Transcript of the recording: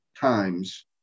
times